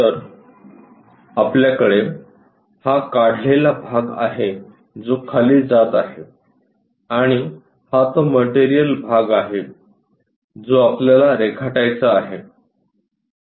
तर आपल्याकडे हा काढलेला भाग आहे जो खाली जात आहे आणि हा तो मटेरियल भाग आहे जो आपल्याला रेखाटायचा आहे